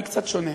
אני קצת שונה.